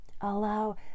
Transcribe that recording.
allow